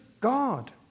God